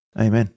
Amen